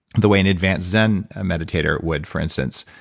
the way an advanced zen ah meditator would, for instance,